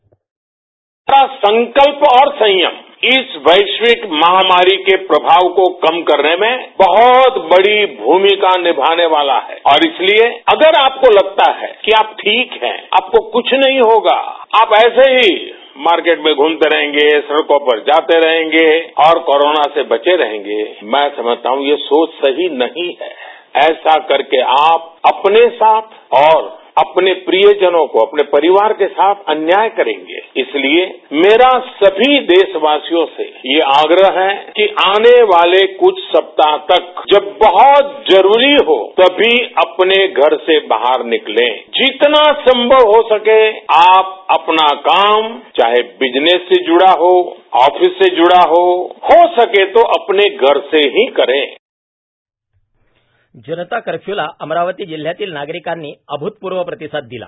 voice cast हमारा संकल्प और संयम इस वैश्विक महामारी के प्रभावों को कम करने में बहत बड़ी भूमिका निभाने वाला है और इसलिए अगर आपको लगता है कि आप ठीक हैं आपको कूछ नहीं होगा आप ऐसे ही मार्केट में घूमते रहेंगे सड़कों पर जाते रहेंगे और कोरोना से बचे रहेंगेतो ये सोच सही नहीं है ऐसा करके आप अपने साथ और अपने परिवार के साथ अन्याय करेंगे इसलिए मेरा सभी देशवासियों से ये आग्रह है कि आने वाले क्छ सप्ताह तक जब बह्त जरूरी हो तभी अपने घर से बाहर निकलें जितना संभव हो सके आप अपना काम चाहे बिजनेस से ज्ड़ा हो ऑफिस से ज्ड़ा हो अपने घर से ही करें जनता कर्फ्यूला अमरावती जिल्ह्यातील नागरिकांनी अभूतपूर्व प्रतिसाद दिला